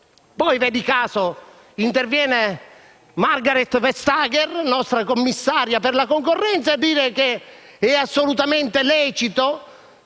Poi, guarda caso, interviene Margrethe Vestager, la nostra commissaria per la concorrenza, a dire che è assolutamente lecito